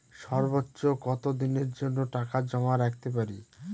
সর্বোচ্চ কত দিনের জন্য টাকা জমা রাখতে পারি?